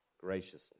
graciousness